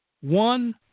one